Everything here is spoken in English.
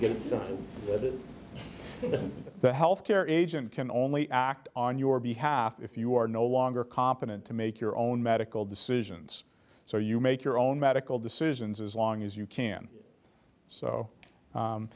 get the health care agent can only act on your behalf if you are no longer competent to make your own medical decisions so you make your own medical decisions as long as you can so